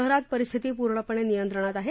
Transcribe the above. शहरात परिस्थिती पूर्णपणे नियंत्रणात आहे